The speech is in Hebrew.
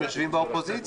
הם יושבים באופוזיציה,